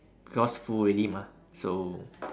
because full already mah so